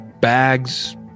bags